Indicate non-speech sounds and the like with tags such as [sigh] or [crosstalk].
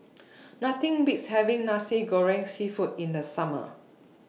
[noise] Nothing Beats having Nasi Goreng Seafood in The Summer